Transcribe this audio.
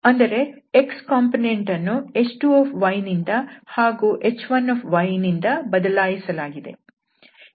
ಅಂದರೆ x component ಅನ್ನು h2 ನಿಂದ ಹಾಗೂ h1 ನಿಂದ ಬದಲಾಯಿಸಲಾಗಿದೆ